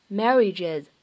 marriages